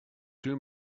two